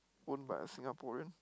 own by a Singaporean